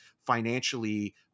financially